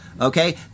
okay